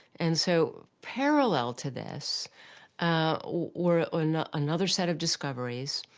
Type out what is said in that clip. and so, parallel to this were another set of discoveries,